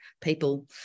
people